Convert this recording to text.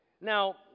Now